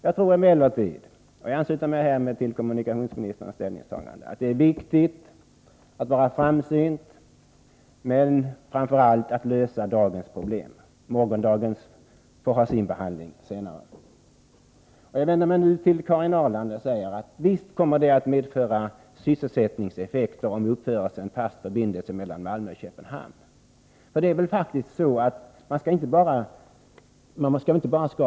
Jag tror emellertid — och jag ansluter mig härmed till kommunikationsministerns ställningstagande — att det är viktigt att vara framsynt, men framför allt att lösa dagens problem. Morgondagens får ha sin behandling senare. Jag vänder mig nu till Karin Ahrland. Visst kommer det att medföra sysselsättningseffekter om det uppförs en fast förbindelse mellan Malmö och Köpenhamn.